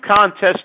contest